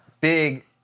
Big